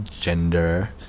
Gender